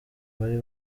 bari